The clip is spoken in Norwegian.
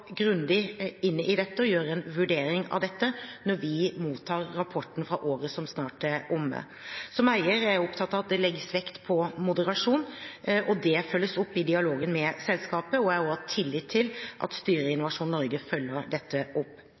grundig inn i dette og gjøre en vurdering av dette når vi mottar rapporten for året som snart er omme. Som eier er jeg opptatt av at det legges vekt på moderasjon. Det følges opp i dialogen med selskapet, og jeg har tillit til at styret i Innovasjon Norge følger dette opp.